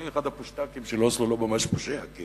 אני אחד הפושטקים של אוסלו, לא ממש פושע, כי